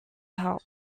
help